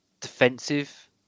defensive